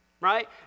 Right